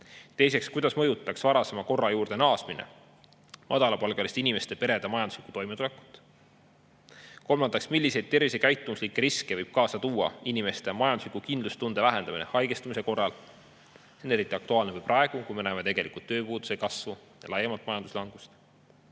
Teiseks: kuidas mõjutaks varasema korra juurde naasmine madalapalgaliste inimeste perede majanduslikku toimetulekut? Kolmandaks: milliseid tervisekäitumuslikke riske võib kaasa tuua inimeste majandusliku kindlustunde vähendamine haigestumise korral? See on eriti aktuaalne praegu, kui me näeme tegelikult tööpuuduse kasvu ja laiemat majanduslangust.